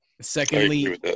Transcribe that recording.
Secondly